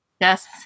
Yes